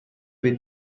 with